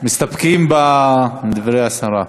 מסתפקים בדברי השרה.